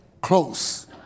close